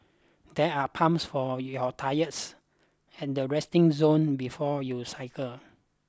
there are pumps for your tyres and the resting zone before you cycle